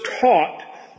taught